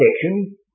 section